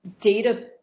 data